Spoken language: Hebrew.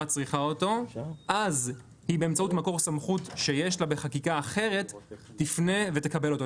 צריכה אותו באמצעות מקור סמכות שיש לה בחקיקה אחרת תפנה ותקבל אותו,